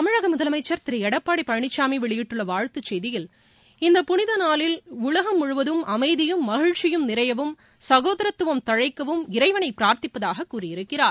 தமிழக முதலமைச்ச் திரு எடப்பாடி பழனிசாமி வெளியிட்டுள்ள வாழ்த்துச் செய்தியில் இந்த புனித நாளில் உலகம் முழுவதும் அமைதியும் மகிழ்ச்சியும் நிறையவும் சகோதரத்துவம் தழைக்கவும் இறைவனை பிரார்த்திப்பதாகக் கூறியிருக்கிறார்